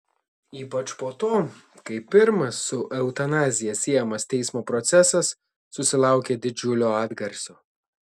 ypač po to kai pirmas su eutanazija siejamas teismo procesas susilaukė didžiulio atgarsio